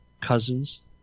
cousins